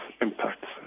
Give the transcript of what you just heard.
impacts